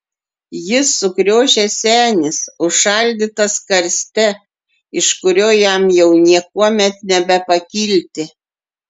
jis sukriošęs senis užšaldytas karste iš kurio jam jau niekuomet nebepakilti